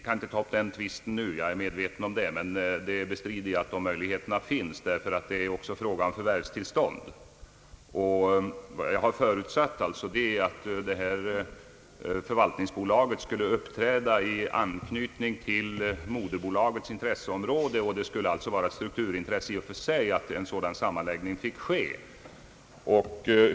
Vi kan inte ta upp en tvist om det spörsmålet nu, det är jag medveten om, men jag bestrider att en sådan möjlighet finns, ty det är också fråga om förvärvstillstånd. Vad jag förutsatte är alltså att det här förvaltningsbolaget skulle uppträda i anknytning till moderbolagets intresseområde och att det sålunda skulle vara ett strukturintresse i och för sig att en sådan sammanläggning fick ske.